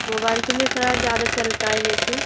mobile तो मैं थोड़ा ज़्यादा चलता है वैसे